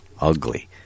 ugly